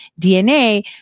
DNA